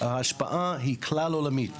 ההשפעה היא כלל עולמית.